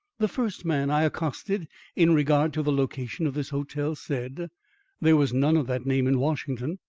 the first man i accosted in regard to the location of this hotel said there was none of that name in washington.